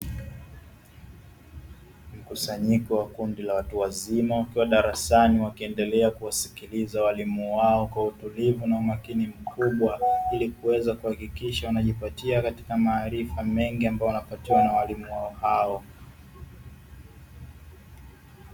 Mkusanyiko wa kundi la watu wazima wakiwa darasani wakiendelea kuwasikiliza walimu wao kwa utulivu na umakini mkubwa, ili kuweza kuhakikisha wanajipatia katika maarifa mengi ambayo wanapatiwa na walimu hao.